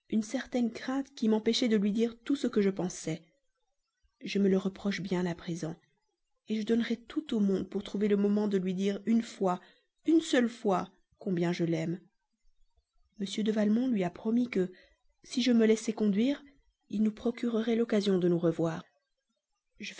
une certaine crainte qui m'empêchait de lui dire tout ce que je pensais je me la reproche bien à présent je donnerais tout au monde pour trouver le moment de lui dire une fois une seule fois combien je l'aime m de valmont lui a promis que si je me laissais conduire il nous procurerait l'occasion de nous revoir